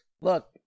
Look